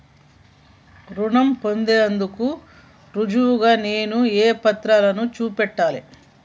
రుణం పొందేందుకు రుజువుగా నేను ఏ పత్రాలను చూపెట్టాలె?